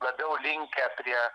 labiau linkę prie